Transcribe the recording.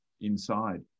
inside